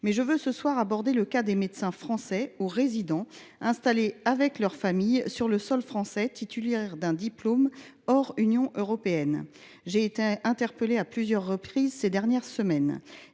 ! Je veux ce soir aborder le cas des médecins français ou résidents installés avec leurs familles sur le sol français, titulaires d’un diplôme hors Union européenne. J’ai été interpellée à plusieurs reprises sur ce point ces dernières semaines.